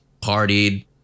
partied